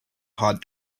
hot